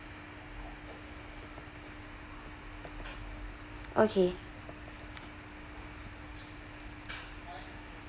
okay